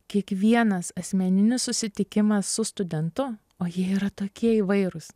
kiekvienas asmeninis susitikimas su studentu o jie yra tokie įvairūs